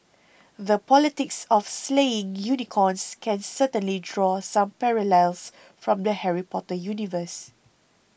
the politics of slaying unicorns can certainly draw some parallels from the Harry Potter universe